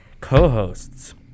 co-hosts